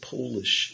Polish